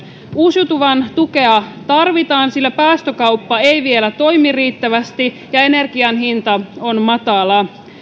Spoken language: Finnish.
uusiutuvan tukea tarvitaan sillä päästökauppa ei vielä toimi riittävästi ja energian hinta on matala